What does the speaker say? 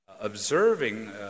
observing